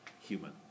human